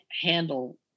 handle